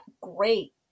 great